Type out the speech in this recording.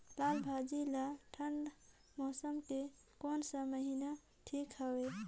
लालभाजी ला ठंडा मौसम के कोन सा महीन हवे ठीक हवे?